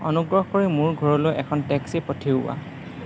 অনুগ্ৰহ কৰি মোৰ ঘৰলৈ এখন টেক্সি পঠিওৱা